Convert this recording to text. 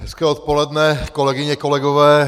Hezké odpoledne, kolegyně, kolegové.